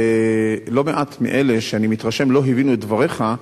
ולא מעטים, אני מתרשם, לא הבינו את דבריך,